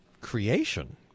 creation